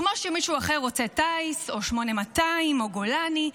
כמו שמישהו אחר רוצה טיס או 8200 או גולני,